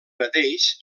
mateix